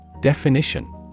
Definition